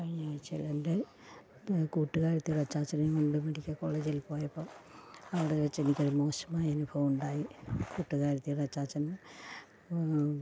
കഴിഞ്ഞ ആഴ്ച്ചയിൽ എൻറെ കൂട്ടുകാരിയുടെ അച്ചാച്ചനേയും കൊണ്ട് മെഡിക്കൽ കോളേജിൽ പോയപ്പോൾ അവിടെ വെച്ച് എനിക്കൊരു മോശമായ അനുഭവം ഉണ്ടായി കൂട്ടുകാരിയുടെ അച്ചാച്ചന്